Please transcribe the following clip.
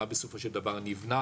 מה בסופו של דבר נבנה